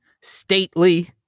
stately